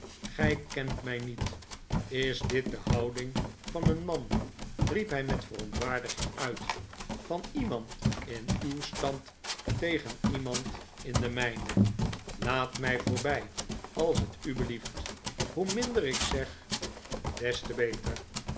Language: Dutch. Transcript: gij kent mij niet is dit de houding van een man riep hij met verontwaardiging uit van iemand in uw stand tegen iemand in den mijnen laat mij voorbij als t u belieft hoe minder ik zeg des te beter